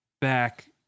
back